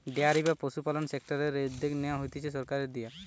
dairy বা পশুপালন সেক্টরের এই উদ্যগ নেয়া হতিছে সরকারের দিয়া